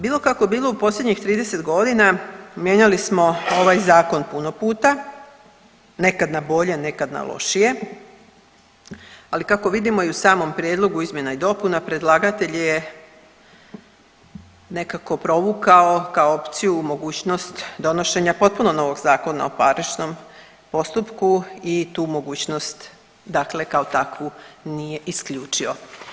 Bilo kako bilo u posljednjih 30.g. mijenjali smo ovaj zakon puno puta, nekad na bolje, nekad na lošije, ali kako vidimo i u samom prijedlogu izmjena i dopuna, predlagatelj je nekako provukao kao opciju mogućnost donošenja potpuno novog Zakona o parničkom postupku i tu mogućnost dakle kao takvu nije isključio.